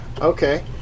okay